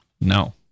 No